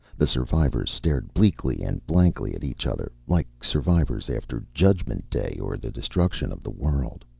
the survivors stared bleakly and blankly at each other, like survivors after judgment day or the destruction of the world.